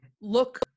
look